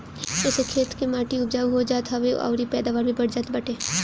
एसे खेत कअ माटी उपजाऊ हो जात हवे अउरी पैदावार भी बढ़ जात बाटे